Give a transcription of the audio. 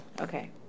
Okay